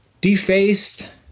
defaced